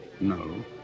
No